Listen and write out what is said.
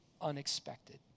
unexpected